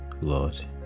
Lord